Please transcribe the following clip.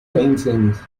paintings